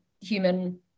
human